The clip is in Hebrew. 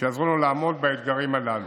שיעזרו לנו לעמוד באתגרים הללו.